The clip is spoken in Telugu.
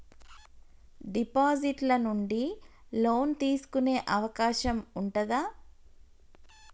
డిపాజిట్ ల నుండి లోన్ తీసుకునే అవకాశం ఉంటదా?